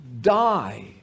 die